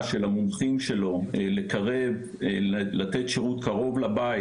של המומחים שלו לתת שירות קרוב לבית,